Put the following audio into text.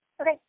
Okay